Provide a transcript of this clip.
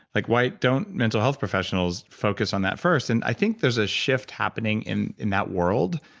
like why don't mental health professionals focus on that first? and i think there's a shift happening in in that world,